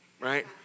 right